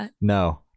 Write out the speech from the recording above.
no